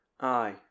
Aye